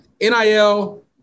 NIL